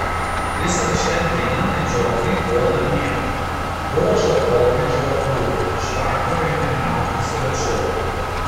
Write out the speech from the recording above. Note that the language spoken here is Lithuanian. visą šią dieną medžiokliai buvo namie buvo šaltoka ir žvarbu bet iš vakaro ėmė niauktis ir atšilo